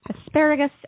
asparagus